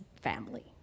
family